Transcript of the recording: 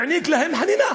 העניק להם חנינה,